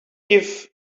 give